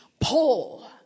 Paul